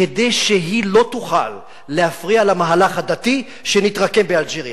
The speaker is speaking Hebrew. כדי שהיא לא תוכל להפריע למהלך הדתי שהתרקם באלג'יריה.